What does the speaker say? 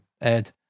Ed